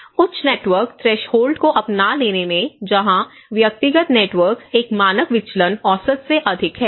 उच्च network threshold को अपना लेने में जहां व्यक्तिगत नेटवर्क एक मानक विचलन औसत से अधिक है